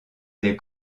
des